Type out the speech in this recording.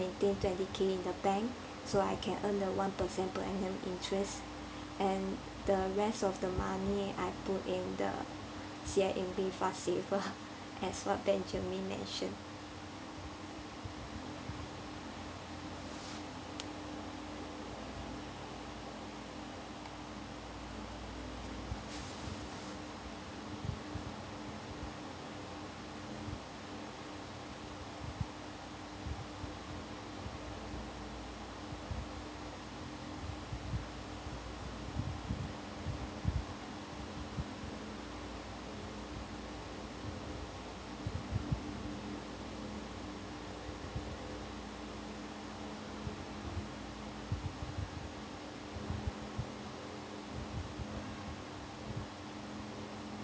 maintain twenty K in the bank so I can earn the one percent per annum interest and the rest of the money I put in the C_I_M_B fast saver as what benjamin mentioned